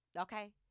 okay